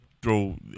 throw